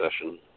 session